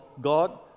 God